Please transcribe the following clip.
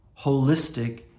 holistic